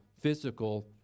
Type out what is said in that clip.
physical